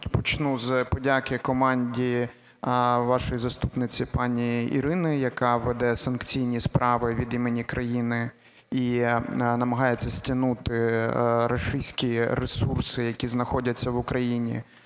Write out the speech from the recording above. почну з подяки команді вашої заступниці пані Ірини, яка веде санкційні справи від імені країни і намагається стягнути рашистські ресурси, які знаходяться в Україні